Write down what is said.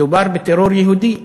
מדובר בטרור יהודי.